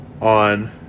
on